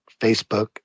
Facebook